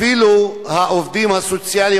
אפילו העובדים הסוציאליים,